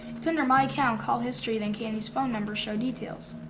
it's under my account, call history, then candy's phone number, show details.